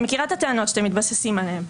אני מכירה את הטענות שאתם מתבססים עליהן,